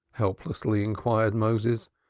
helplessly inquired moses,